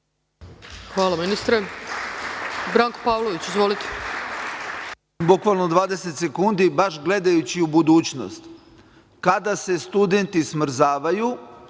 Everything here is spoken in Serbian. Hvala ministre. Branko Pavlović. Izvolite.